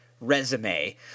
resume